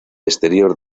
exterior